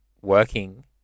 working